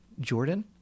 Jordan